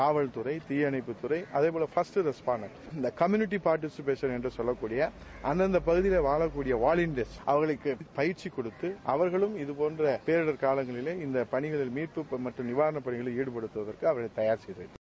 காவல்துறை தீயணைப்புத் தறை அதை போல பஸ்ட் ரெஸ்பாண்ட் இந்த கம்யூனிட்டி பார்டிசிபேசன் என்று சொல்லக்கூடிய அந்தந்த பகுதிகளிலே வாழக்கூடிய வாலிண்டியர்ஸ்க்கு பயிற்சிக் கொடுத்து அவர்களும் இதுபோன்ற பேரிடர் காலங்களிலே மீட்பு மற்றும் நிவாரணப் பணிகளில் ஈடுபடுவதற்கு அவர்களை தயார்செய்கிறோம்